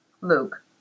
Luke